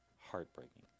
heartbreaking